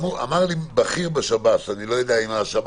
אמר לי בכיר בשב"ס אני לא יודע אם השב"ס